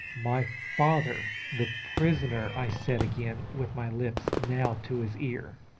my father the prisoner, i said again, with my lips now to his ear.